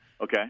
Okay